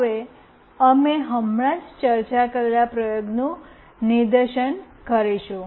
હવે અમે હમણાં જ ચર્ચા કરેલા પ્રયોગનું નિદર્શન કરીશું